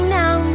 now